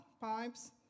pipes